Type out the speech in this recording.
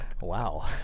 Wow